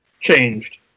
changed